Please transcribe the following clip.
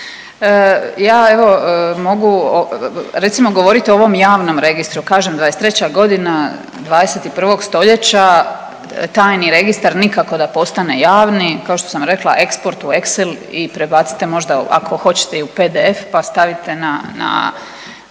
Ja evo mogu recimo govoriti o ovom javnom registru, kažem '23.g. 21. stoljeća tajni registar nikako da postane javni, kao što sam rekla Export u Excel i prebacite možda ako hoćete i u PDF pa stavite na